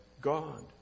God